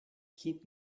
keep